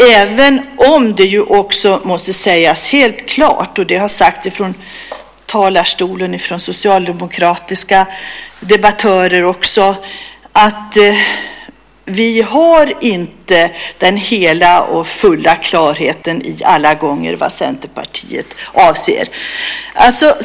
Men det måste också sägas helt klart - det har sagts ifrån talarstolen från socialdemokratiska debattörer också - att vi inte har den hela och fulla klarheten alla gånger över vad Centerpartiet avser.